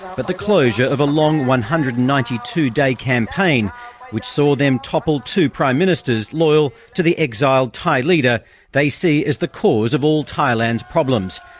but the closure of a long one hundred and ninety two day campaign which saw them topple two prime ministers loyal to the exiled thai leader they see as the cause of all thailand's problems,